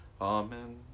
Amen